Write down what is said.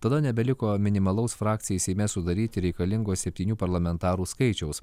tada nebeliko minimalaus frakcijai seime sudaryti reikalingo septynių parlamentarų skaičiaus